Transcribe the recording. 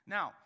Now